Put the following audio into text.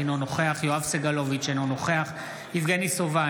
אינו נוכח יואב סגלוביץ' אינו נוכח יבגני סובה,